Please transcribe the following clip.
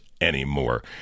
anymore